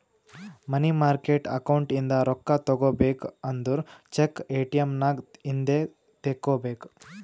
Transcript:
ಮನಿ market account ಇಂದ ರೊಕ್ಕಾ ತಗೋಬೇಕು ಅಂದುರ್ ಚೆಕ್, ಎ.ಟಿ.ಎಮ್ ನಾಗ್ ಇಂದೆ ತೆಕ್ಕೋಬೇಕ್